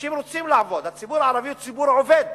אנשים רוצים לעבוד, הציבור הערבי הוא ציבור עובד.